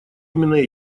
именно